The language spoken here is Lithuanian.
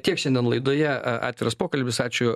tiek šiandien laidoje atviras pokalbis ačiū